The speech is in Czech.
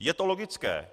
Je to logické.